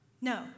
No